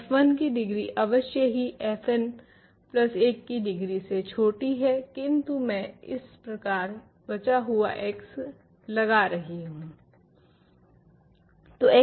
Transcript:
f1 की degree अवश्य ही fn प्लस 1 की डिग्री से छोटी है किन्तु मैं इस प्रकार बचा हुआ x लगा रही हूँ